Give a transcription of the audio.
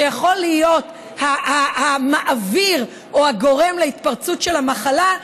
שיכול להיות המעביר או הגורם להתפרצות של המחלה,